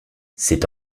c’est